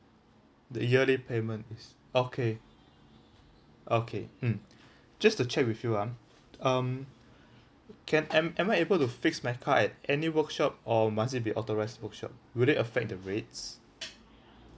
the yearly payment is okay okay mm just to check with you ah um can am am I able to fix my car at any workshop or must it be authorised workshop will it affect the rates